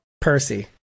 Percy